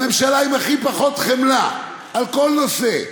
הממשלה עם הכי פחות חמלה על כל נושא.